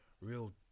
real